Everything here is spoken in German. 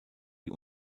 die